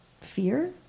fear